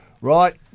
Right